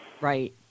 Right